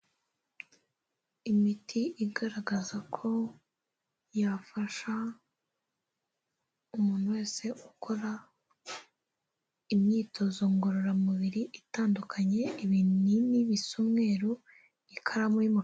Imiti igaragaza ko yafasha umuntu wese ukora imyitozo ngororamubiri itandukanye, ibinini bisa umweru, ikaramu y'umukara.